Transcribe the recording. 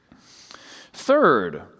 Third